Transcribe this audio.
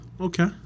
Okay